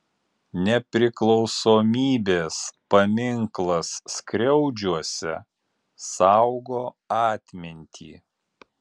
nepriklausomybės paminklas skriaudžiuose saugo atmintį